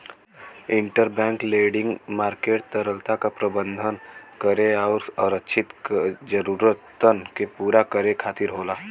interbank lending market तरलता क प्रबंधन करे आउर आरक्षित जरूरतन के पूरा करे खातिर होला